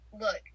look